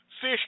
fish